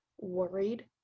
worried